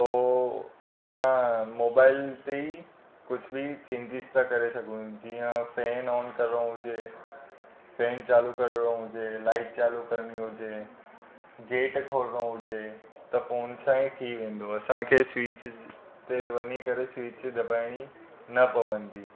पोइ असां मोबाइल ते ई कुझु बि चेंजिस था करे सघूं जीअं फैन ऑन करणो हुजे फैन चालू करणो हुजे लाइट चालू करणी हुजे गेट खोलणो हुजे त फ़ोन सां ई थी वेंदो असांखे स्विच ते वञी करे स्विच दबाइणी न पवंदी